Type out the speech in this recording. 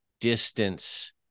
distance